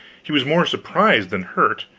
he was more surprised than hurt.